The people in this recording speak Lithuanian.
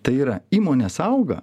tai yra įmonės auga